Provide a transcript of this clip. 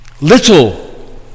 Little